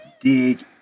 dig